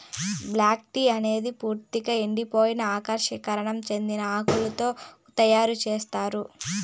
black tea అనేది పూర్తిక ఎండిపోయి ఆక్సీకరణం చెందిన ఆకులతో తయారు చేత్తారు